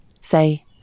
say